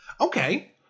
Okay